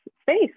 space